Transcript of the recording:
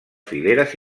fileres